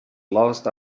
lost